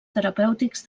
terapèutics